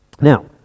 Now